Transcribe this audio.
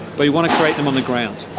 but we want to create them on the ground.